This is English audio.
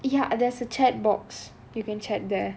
ya there's a chat box you can chat there